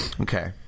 Okay